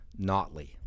Notley